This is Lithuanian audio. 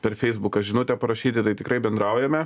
per feisbuką žinutę parašyti tai tikrai bendraujame